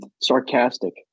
sarcastic